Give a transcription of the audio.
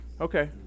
Okay